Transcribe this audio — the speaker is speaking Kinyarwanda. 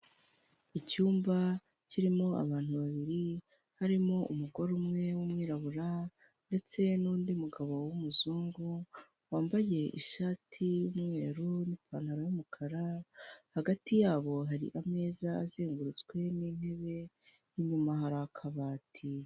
Icyumba kirimo abantu babiri harimo umugore umwe w'umwirabura, ndetse n'undi mugabo w'umuzungu, wambaye ishati y'umweru n'pantaro y'umukara, hagati yabo hari ameza azengurutswe n'intebe inyuma hari akabati.